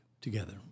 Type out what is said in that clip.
together